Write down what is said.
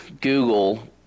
Google